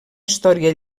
història